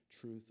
truth